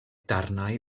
darnau